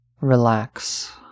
relax